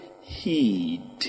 heed